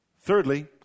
Thirdly